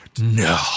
no